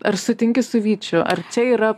ar sutinki su vyčiu ar čia yra